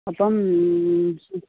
അപ്പം